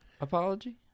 apology